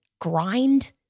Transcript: grind